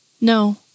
No